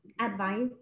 advice